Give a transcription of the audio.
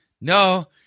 no